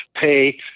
pay